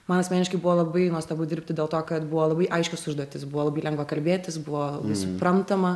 man asmeniškai buvo labai nuostabu dirbti dėl to kad buvo labai aiškios užduotys buvo labai lengva kalbėtis buvo suprantama